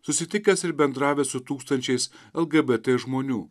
susitikęs ir bendravęs su tūkstančiais lgbt žmonių